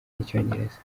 n’icyongereza